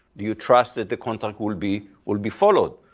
do you trust that the contact will be will be followed?